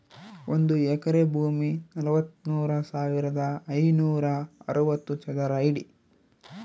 ಒಂದು ಎಕರೆ ಭೂಮಿ ನಲವತ್ಮೂರು ಸಾವಿರದ ಐನೂರ ಅರವತ್ತು ಚದರ ಅಡಿ